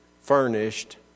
furnished